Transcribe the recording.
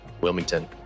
Wilmington